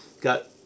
got